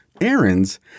errands